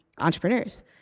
entrepreneurs